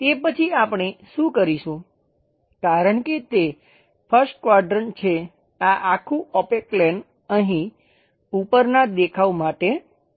તે પછી આપણે શું કરીશું કારણ કે તે 1st ક્વાડ્રંટ છે આ આખું ઓપેક પ્લેન અહીં ઉપરના દેખાવ માટે આવે છે